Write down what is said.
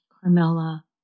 Carmela